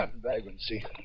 Vagrancy